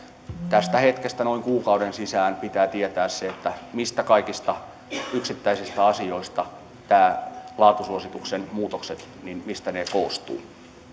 tästä hetkestä noin kuukauden sisään pitää tietää mistä kaikista yksittäisistä asioista nämä laatusuosituksen muutokset koostuvat